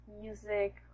music